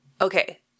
Okay